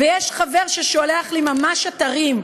ויש חבר ששולח לי ממש אתרים.